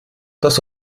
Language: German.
das